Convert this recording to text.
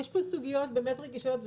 יש פה סוגיות רגישות,